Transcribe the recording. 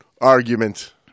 argument